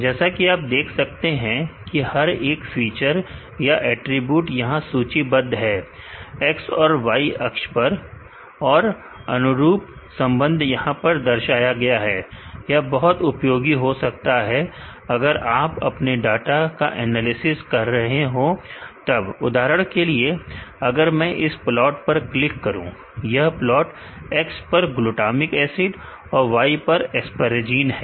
जैसा कि आप देख सकते हैं की हर एक फिचर या अटरीब्यूट यहां सूचीबद्ध है X और Y अक्ष पर और अनुरूप संबंध यहां पर दर्शाया गया है यह बहुत उपयोगी हो सकता है अगर आप अपने डेटा का एनालिसिस कर रहे हो तब उदाहरण के लिए अगर मैं इस प्लॉट पर क्लिक करूं यह प्लॉट X पर ग्लूटामिक एसिड है और Y पर एस्पैरजीन है